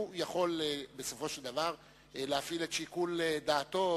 הוא יכול להפעיל את שיקול דעתו,